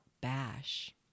bash